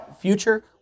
future